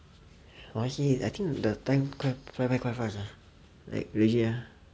honestly I think the time quite quite fast ah like legit ah